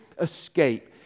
escape